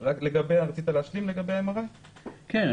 רק רצית להשלים לגבי MRI. כן.